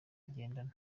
agendana